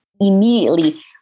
immediately